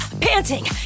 Panting